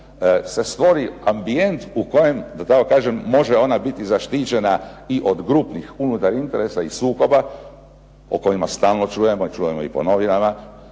se stvori ambijent u kojem da tako kažem može ona biti zaštićena i od grupnih unutar interesa i sukoba o kojima stalno čujemo i čujemo i po novinama,